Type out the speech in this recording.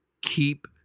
Keep